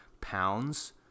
pounds